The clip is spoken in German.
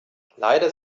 leider